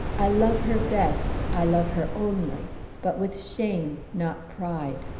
i love her best i love her only but with shame, not pride.